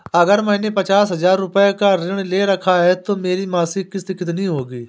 अगर मैंने पचास हज़ार रूपये का ऋण ले रखा है तो मेरी मासिक किश्त कितनी होगी?